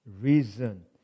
reason